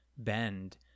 bend